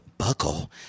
Buckle